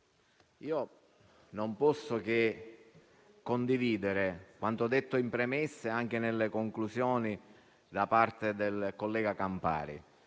non posso che condividere quanto detto in premessa e anche nelle conclusioni dal collega Campari.